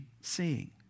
seeing